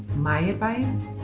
my advice,